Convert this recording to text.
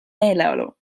meeleolu